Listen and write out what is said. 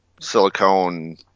silicone